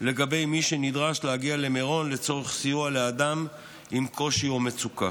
מי שנדרש להגיע למירון לצורך סיוע לאדם עם קושי או מצוקה.